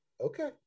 okay